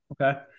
Okay